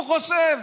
הוא חושב,